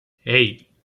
hey